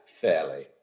fairly